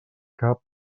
cap